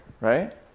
right